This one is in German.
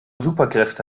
superkräfte